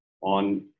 on